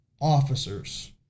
officers